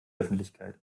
öffentlichkeit